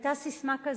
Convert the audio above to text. היתה ססמה כזאת: